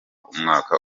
umwaka